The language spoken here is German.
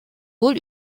wohl